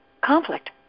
conflict